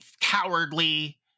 cowardly